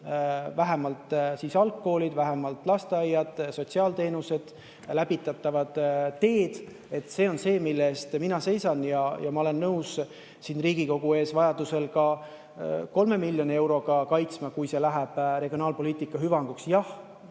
vähemalt algkool, vähemalt lasteaed, sotsiaalteenused, läbitavad teed. See on see, mille eest mina seisan. Ja ma olen nõus siin Riigikogu ees vajadusel ka 3 miljonit eurot kaitsma, kui see läheb regionaalpoliitika hüvanguks. Jah,